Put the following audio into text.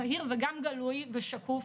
בהיר וגם גלוי ושקוף,